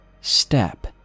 step